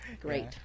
great